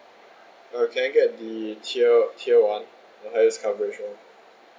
uh can I get the tier tier one the highest coverage [one]